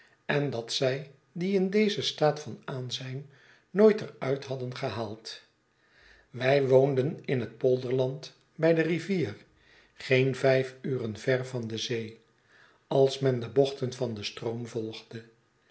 en dat zij die in dezen staat van aanzijn nooit er uit hadden gehaald wij woonden in het polderland bij de rivier geen vijf uren ver van de zee als men de bochten van den stroom volgde